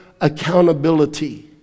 accountability